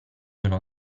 uno